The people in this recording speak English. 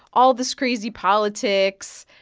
all this crazy politics.